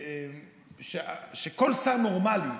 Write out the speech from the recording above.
שכל שר נורמלי,